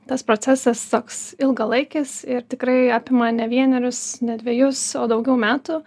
tas procesas toks ilgalaikis ir tikrai apima ne vienerius ne dvejus o daugiau metų